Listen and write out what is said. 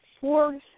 four